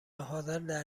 حاضردر